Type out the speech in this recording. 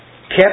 Kept